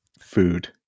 food